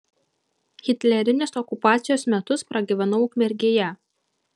hitlerinės okupacijos metus pragyvenau ukmergėje